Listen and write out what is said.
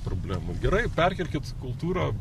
problemų gerai perkelkit kultūrą